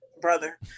brother